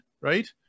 right